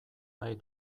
nahi